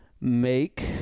Make